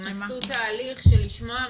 הם עשו תהליך לשמוע מהציבור.